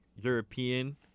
European